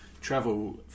travel